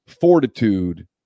fortitude